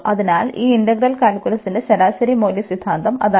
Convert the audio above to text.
അതിനാൽ ഇന്റഗ്രൽ കാൽക്കുലസിന്റെ ശരാശരി മൂല്യ സിദ്ധാന്തം അതായിരുന്നു